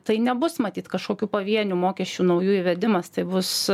tai nebus matyt kažkokių pavienių mokesčių naujų įvedimas tai bus